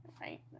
right